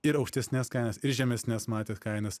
ir aukštesnes kainas ir žemesnes matęs kainas